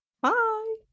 Bye